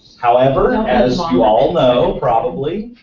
however, and as um you, all know, probably,